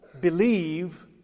believe